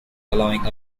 allowing